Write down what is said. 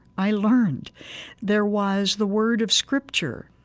i learned there was the word of scripture,